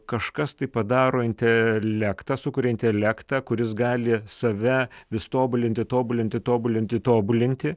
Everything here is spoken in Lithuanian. kažkas tai padaro intelektą sukuria intelektą kuris gali save vis tobulinti tobulinti tobulinti tobulinti